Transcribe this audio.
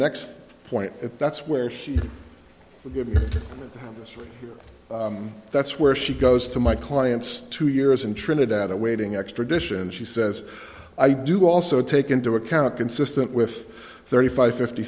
next point that's where he is that's where she goes to my clients two years in trinidad awaiting extradition she says i do also take into account consistent with thirty five fifty